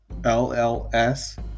lls